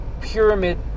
pyramid